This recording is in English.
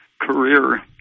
career